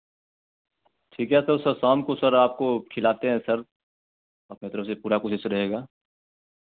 ठीक है तो सर शाम को सर आपको खिलाते हैं सर अपने तरफ़ से पूरा कोशिश रहेगा